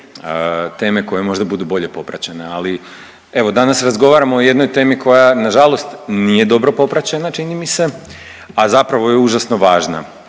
teme koje budu možda bolje popraćene, ali evo, danas razgovaramo o jednoj temi koja nažalost nije dobro popraćena, čini mi se, a zapravo je užasno važna,